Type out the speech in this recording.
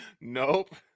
Nope